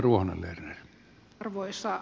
arvoisa puhemies